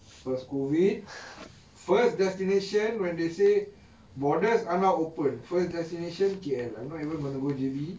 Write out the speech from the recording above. lepas COVID first destination when they say borders are now open first destination K_L lah I'm don't even wanna go J_B